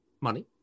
money